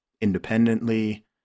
independently